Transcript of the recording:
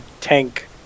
tank